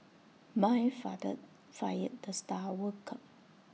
my father fired the star worker